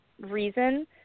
reason